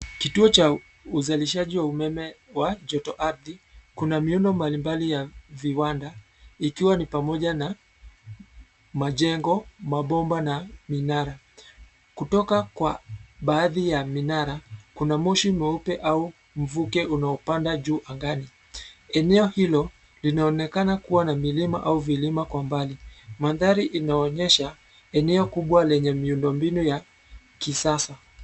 Kituo cha uzalishaji wa umeme wa joto ardhi, kuna miundo mbalimbali ya viwanda ikiwa ni pamoja na majengo, mabomba na minara. Kutoka kwa baadhi ya minara, kuna moshi mweupe au mvuke unaopanda juu angani. Eneo hilo linaonekana kuwa na milima au vilima kwa mbali. Mandhari linaonyesha eneo kubwa la miundo mbinu ya kisasa.